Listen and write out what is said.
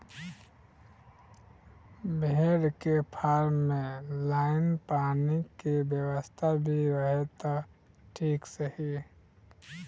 भेड़ के फार्म में लाइन पानी के व्यवस्था भी रहे त ठीक रही